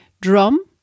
Drum